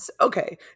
Okay